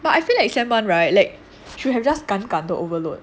but I feel like semester one [right] like should have just 敢敢的 overload